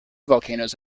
volcanoes